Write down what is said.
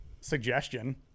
suggestion